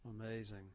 Amazing